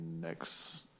next